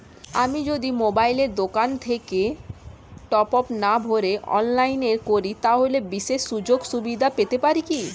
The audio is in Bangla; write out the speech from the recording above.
আমি যদি মোবাইলের দোকান থেকে টপআপ না ভরে অনলাইনে করি তাহলে বিশেষ সুযোগসুবিধা পেতে পারি কি?